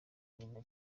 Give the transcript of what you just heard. nyina